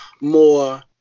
more